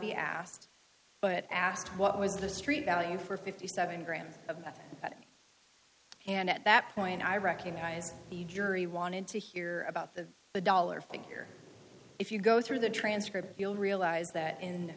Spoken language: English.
be asked but asked what was the street value for fifty seven grams of and at that point i recognize the jury wanted to hear about the the dollar figure if you go through the transcript you'll realize that in